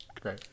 Great